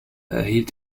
erhielt